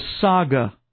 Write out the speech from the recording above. saga